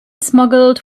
smuggled